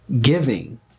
Giving